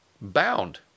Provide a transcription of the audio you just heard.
bound